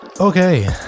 okay